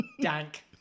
Dank